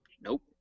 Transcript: Nope